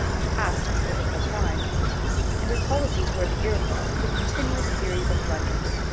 and past his physical prime and his policy towards the iroquois was a continuous series of blunders.